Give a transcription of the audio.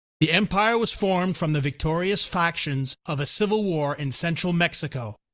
the empire was formed from the victorious factions of a civil war in central mexico.